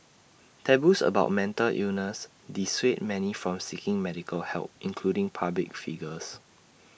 taboos about mental illness dissuade many from seeking medical help including public figures